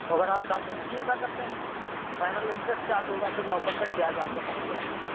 अगर आप साल में नहीं अदा करते है तो फाइनल इन्टरेस्ट चार्ज होगा फिर नौ परसेंट ब्याज आपका पहुँच जाएगा